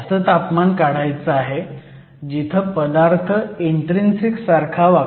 असं तापमान काढायचं आहे जिथं पदार्थ इन्ट्रीन्सिक सारखा वागतो